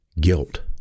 guilt